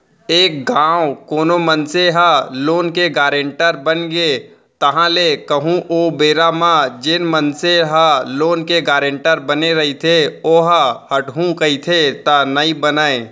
एक घांव कोनो मनसे ह लोन के गारेंटर बनगे ताहले कहूँ ओ बेरा म जेन मनसे ह लोन के गारेंटर बने रहिथे ओहा हटहू कहिथे त नइ बनय